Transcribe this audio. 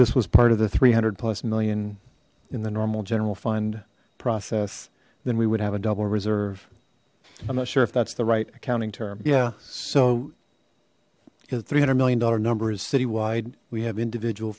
this was part of the three hundred plus million in the normal general fund process then we would have a double reserve i'm not sure if that's the right accounting term yeah so three hundred million dollar number is citywide we have individual